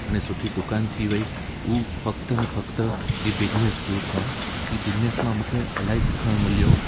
अने सुठी दुकानु थी वई हूअ फक़तनि फक़ति हीअ बिज़नस शुरू थिया ई बिज़नस मां मूंखे इलाही सिखणु मिलियो